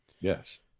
Yes